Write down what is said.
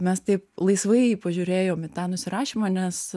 mes taip laisvai pažiūrėjom į tą nusirašymą nes